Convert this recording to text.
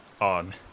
on